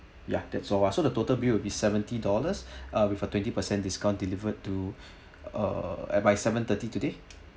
ya that's all ah so the total bill will be seventy dollars uh with a twenty percent discount delivered to uh by seven-thirty today